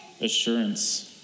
Assurance